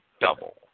double